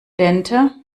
dente